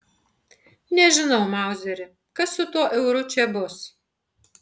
nežinau mauzeri kas su tuo euru čia bus